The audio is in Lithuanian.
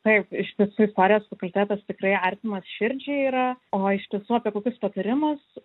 taip iš tiesų istorijos fakultetas tikrai artimas širdžiai yra o iš tiesų apie kokius patarimus